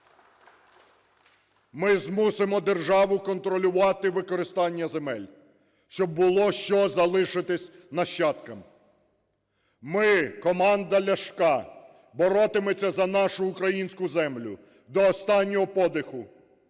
Ми змусимо державу контролювати використання земель, щоб було що залишити нащадкам. Ми – команда Ляшка – боротимемось за нашу українську землю до останнього подиху!